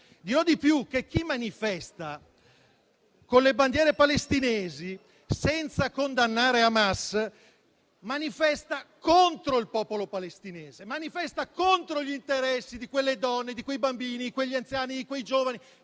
Dirò di più: chi manifesta con le bandiere palestinesi, senza condannare Hamas, manifesta contro il popolo palestinese, contro gli interessi di quelle donne, di quei bambini, quegli anziani e quei giovani